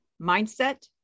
mindset